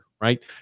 right